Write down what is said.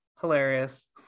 hilarious